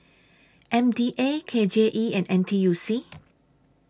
M D A K J E and N T U C